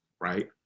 right